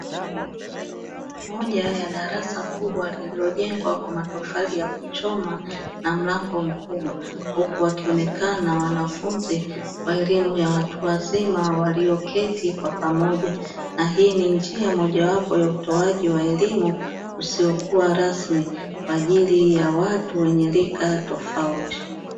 Moja ya darasa kubwa lililojengwa kwa matofali ya kuchoma na mlango mkubwa, huku wakionekana wanafunzi wa elimu ya watu wazima walioketi kwa pamoja na hii ni njia mojawapo ya utoaji wa elimu isiyokuwa rasmi kwa ajili ya watu wenye rika tofauti.